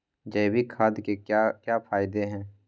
जैविक खाद के क्या क्या फायदे हैं?